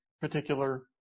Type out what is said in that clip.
particular